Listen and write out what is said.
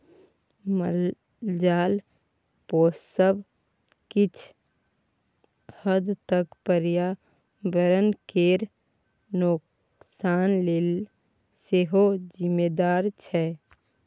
मालजाल पोसब किछ हद तक पर्यावरण केर नोकसान लेल सेहो जिम्मेदार छै